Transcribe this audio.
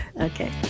Okay